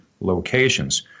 locations